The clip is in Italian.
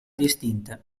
distinte